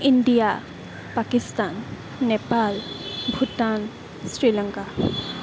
India Pakistan Nepal Bhutan Sri Lanka